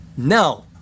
No